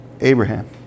Abraham